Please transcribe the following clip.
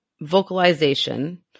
vocalization